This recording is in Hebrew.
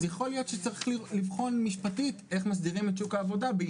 אז יכול להיות שצריך לבחון משפטית איך מסדירים את שוק העבודה.